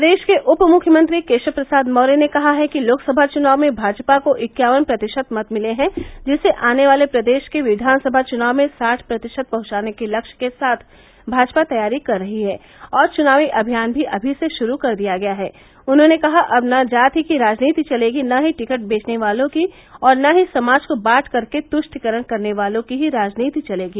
प्रदेश के उप मुख्यमंत्री केशव प्रसाद मौर्य ने कहा है कि लोकसभा चुनाव में भाजपा को इक्यावन प्रतिशत मत मिले हैं जिसे आने वाले प्रदेश के विधानसभा चुनाव में साठ प्रतिशत पहुँचाने के लक्ष्य के साथ भाजपा तैयारी कर रही हैं और चुनावी अभियान भी अभी से शुरू कर दिया गया है उन्होंने कहा अब न जाति की राजनीती चलेगी न ही टिकट बेचने वालों की और न ही समाज को बाँट करके तुष्टिकरण करने वालों की ही राजनीति चलेगी